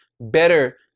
better